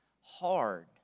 hard